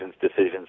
decisions